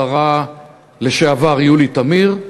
השרה לשעבר יולי תמיר,